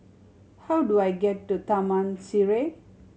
how do I get to Taman Sireh